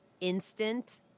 instant